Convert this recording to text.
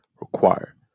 required